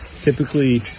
typically